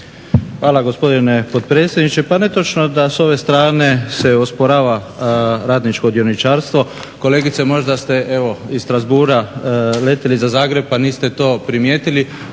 Hvala gospodine potpredsjedniče. Pa netočno je da sa ove strane se osporava radničko dioničarstvo, kolegice možda ste evo iz Strasbourga letili za Zagreb pa niste to primijetili